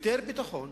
יותר ביטחון,